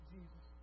Jesus